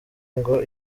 ngo